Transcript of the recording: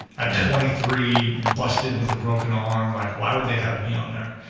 at yeah twenty three, busted with a broken arm, like, why would they have me on there?